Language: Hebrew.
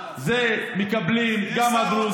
אתם מרמים את כולם כל הזמן.